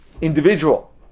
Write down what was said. individual